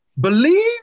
believe